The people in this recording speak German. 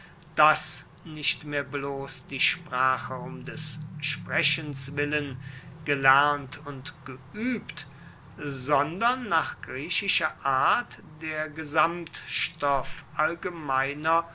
daß nicht mehr bloß die sprache um des sprechens willen gelernt und geübt sondern nach griechischer art der gesamtstoff allgemeiner